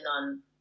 none